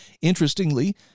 Interestingly